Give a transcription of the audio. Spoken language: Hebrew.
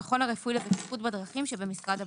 - המכון הרפואי לבטיחות בדרכים שבמשרד הבריאות.